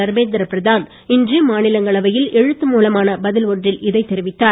தர்மேந்திர பிரதான் இன்று மாநிலங்களவையில் எழுத்து மூலமான பதில் ஒன்றில் இதை தெரிவித்தார்